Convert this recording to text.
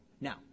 Now